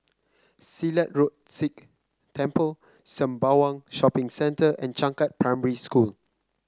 Silat Road Sikh Temple Sembawang Shopping Centre and Changkat Primary School